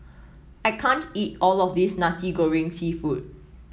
I can't eat all of this Nasi Goreng seafood